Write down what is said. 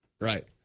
right